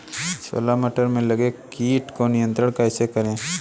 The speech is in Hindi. छोला मटर में लगे कीट को नियंत्रण कैसे करें?